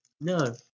No